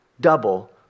Double